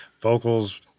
vocals